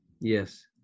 Yes